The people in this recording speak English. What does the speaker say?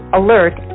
alert